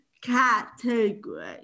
category